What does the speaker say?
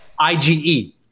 IGE